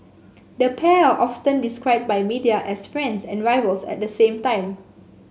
the pair are often described by media as friends and rivals at the same time